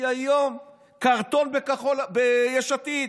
היא היום קרטון ביש עתיד.